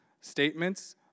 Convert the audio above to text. statements